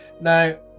now